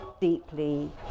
deeply